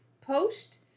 post